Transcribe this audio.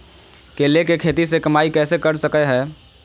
केले के खेती से कमाई कैसे कर सकय हयय?